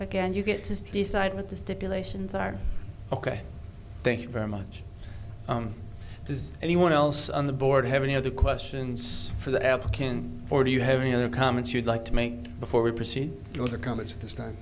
again you get to decide what the stipulations are ok thank you very much does anyone else on the board have any other questions for that application or do you have any other comments you'd like to make before we proceed to the comments at this time